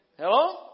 Hello